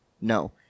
No